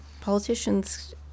politicians